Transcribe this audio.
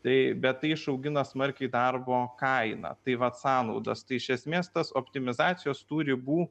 taip bet tai išaugina smarkiai darbo kainą tai vat sąnaudas tai iš esmės tas optimizacijos tų ribų